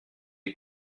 des